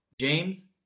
James